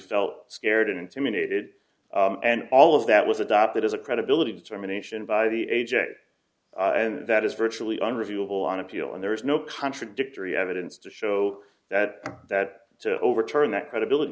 felt scared and intimidated and all of that was adopted as a credibility determination by the a j and that is virtually unreviewable on appeal and there is no contradictory evidence to show that that to overturn that credibility